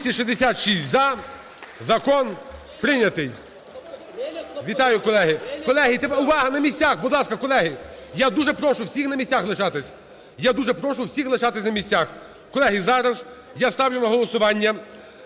За-266 Закон прийнятий. Вітаю, колеги! Колеги, увага! На місцях! Будь ласка, колеги, я дуже прошу всіх на місцях лишатися. Я дуже прошу всіх лишатися на місцях. Колеги, зараз я ставлю на голосування